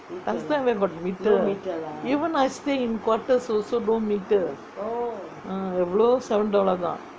last time where got meter even I stay in quarters also no meter எவ்ளோ:evlo seven dollar தான்:thaan